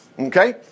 Okay